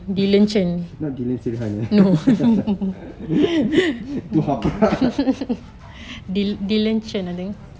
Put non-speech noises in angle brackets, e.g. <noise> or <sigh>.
<breath> not dylan cheng han eh <laughs> tu haprak <laughs>